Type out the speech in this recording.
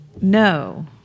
No